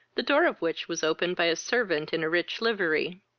the door of which was opened by a servant in a rich livery.